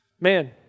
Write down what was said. man